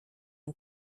and